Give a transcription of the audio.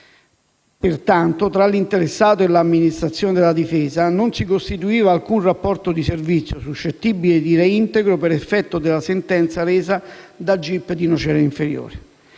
Pertanto, tra l'interessato e l'amministrazione della difesa non si costituiva alcun rapporto di servizio, suscettibile di reintegro per effetto della sentenza resa dal giudice per le indagini